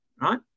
Right